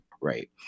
right